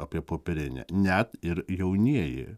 apie popierinę net ir jaunieji